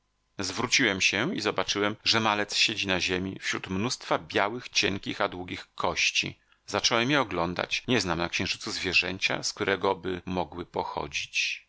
zwróciłem się i zobaczyłem że malec siedzi na ziemi wśród mnóstwa białych cienkich a długich kości zacząłem je oglądać nie znam na księżycu zwierzęcia z któregoby mogły pochodzić